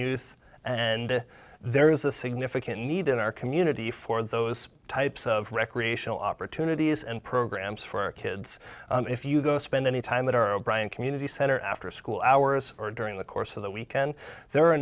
youth and there is a significant need in our community for those types of recreational opportunities and programs for our kids if you go spend any time at our o'brian community center after school hours or during the course of that weekend there are a